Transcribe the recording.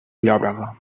llòbrega